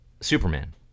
Superman